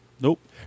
Nope